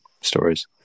stories